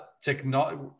technology